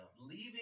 Leaving